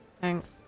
Thanks